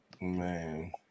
Man